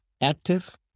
active